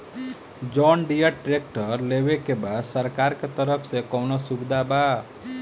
John Deere tractor लेवे के बा सरकार के तरफ से कौनो सुविधा बा?